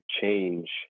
change